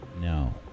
No